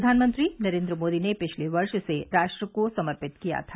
प्रधानमंत्री नरेन्द्र मोदी ने पिछले वर्ष इसे राष्ट्र को समर्पित किया था